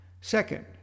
Second